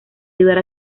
ayudar